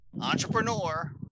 Entrepreneur